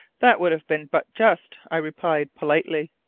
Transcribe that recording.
that would have been but just, i replied politely.